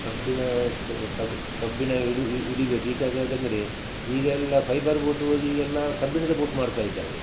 ಕಬ್ಬಿಣ ಕಬ್ ಕಬ್ಬಿಣ ಹಿಡು ಹಿಡಿಬೇಕು ಈಗ್ಯಾಕ್ಯಾಕಂದ್ರೆ ಈಗೆಲ್ಲ ಫೈಬರ್ ಬೋಟ್ ಹೋಗಿ ಈಗೆಲ್ಲ ಕಬ್ಬಿಣದ ಬೋಟ್ ಮಾಡ್ತಾಯಿದ್ದಾರೆ